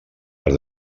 per